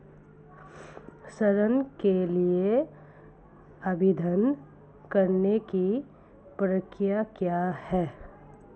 ऋण के लिए आवेदन करने की प्रक्रिया क्या है?